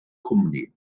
cwmni